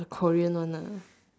the Korea one ah